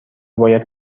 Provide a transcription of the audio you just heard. باید